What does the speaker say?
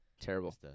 Terrible